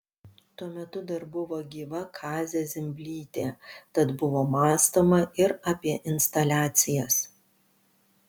tuo metu dar buvo gyva kazė zimblytė tad buvo mąstoma ir apie instaliacijas